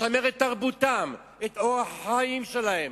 לשמר את תרבותם, את אורח החיים שלהם,